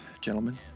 gentlemen